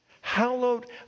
Hallowed